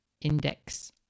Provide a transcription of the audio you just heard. index